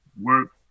work